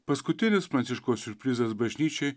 paskutinis pranciškaus siurprizas bažnyčiai